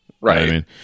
Right